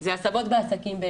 זה הסבות בעסקים.